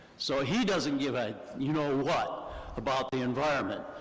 so he doesn't give a you-know-what about the environment.